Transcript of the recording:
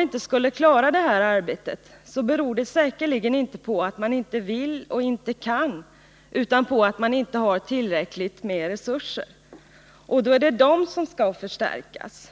inte skulle klara detta arbete, beror det säkerligen inte på att förbundet inte vill eller inte kan utan på att det inte har tillräckliga resurser. Och då är det dessa som skall förstärkas.